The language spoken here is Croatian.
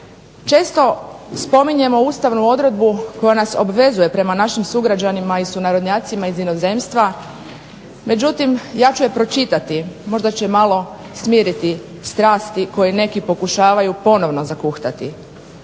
Često spominjemo ustavnu odredbu koja nas obvezuje prema našim sugrađanima i sunarodnjacima iz inozemstva, međutim ja ću je pročitati, možda će malo smiriti strasti koje neki pokušavaju ponovno zahuktati.